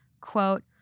quote